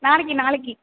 நாளைக்கு நாளைக்கு